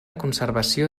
conservació